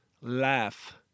Laugh